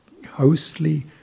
hostly